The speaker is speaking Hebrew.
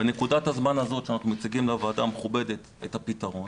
בנקודת הזמן הזאת שאנחנו מציגים לוועדה המכובדת את הפתרון,